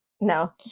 No